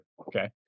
okay